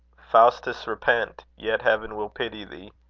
faustus, repent yet heaven will pity thee.